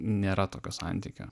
nėra tokio santykio